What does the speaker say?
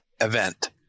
event